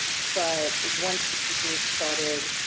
but, once the teachers started,